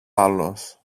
άλλος